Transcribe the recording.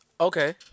okay